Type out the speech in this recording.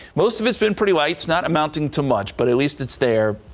most of it's been pretty lights not amounting to much, but at least it's there.